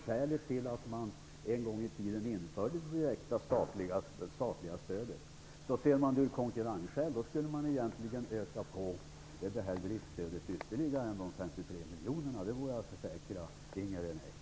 Syftet med att man en gång i tiden införde det direkta statliga stödet var just att man ville utjämna kostnaderna. Ser man det från konkurrenssynpunkt skulle man egentligen öka på driftsstödet ytterligare utöver de 53 miljonerna - det vill jag försäkra Inger René.